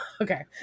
Okay